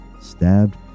stabbed